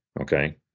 okay